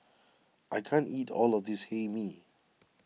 I can't eat all of this Hae Mee